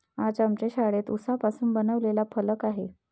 आज आमच्या शाळेत उसापासून बनवलेला फलक आहे